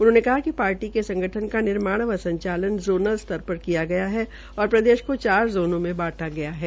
उन्होंने कहा कि पार्टी के संगठन का निर्माण व संचालन जोनल स्तर किया गया है और प्रदेश को चार ज़ोन में बांटा गया है